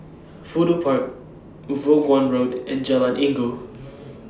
Fudu Park Vaughan Road and Jalan Inggu